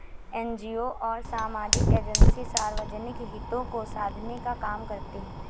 NGO और सामाजिक agency सार्वजनिक हितों को साधने का काम करती हैं